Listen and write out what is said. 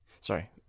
Sorry